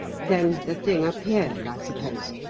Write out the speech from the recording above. then the thing appeared, i suppose?